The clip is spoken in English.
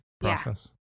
process